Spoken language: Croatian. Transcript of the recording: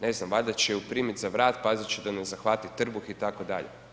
Ne znam, valjda će ju primiti za vrat, pazit će da ne zahvati trbuh itd.